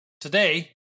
today